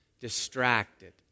distracted